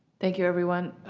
thank you everyone,